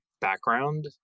background